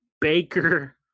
Baker